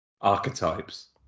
archetypes